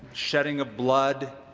shedding of blood,